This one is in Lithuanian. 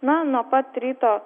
na nuo pat ryto